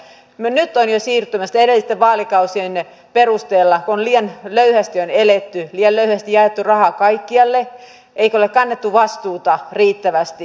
nyt jo on siirtymässä edellisten vaalikausien perusteella kun on liian löyhästi eletty liian leveästi jaettu rahaa kaikkialle eikä ole kannettu vastuuta riittävästi